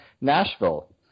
Nashville